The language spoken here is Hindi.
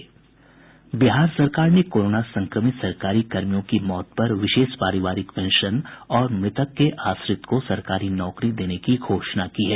बिहार सरकार ने कोरोना संक्रमित सरकारी कर्मियों की मौत पर विशेष पारिवारिक पेंशन और मृतक के आश्रित को सरकारी नौकरी देने की घोषणा की है